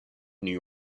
new